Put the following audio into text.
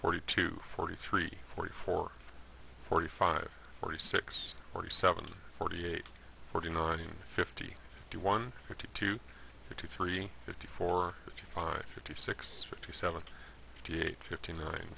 forty two forty three forty four forty five forty six forty seven forty eight forty nine fifty two one fifty two fifty three fifty four fifty five fifty six fifty seven fifty eight fifty nine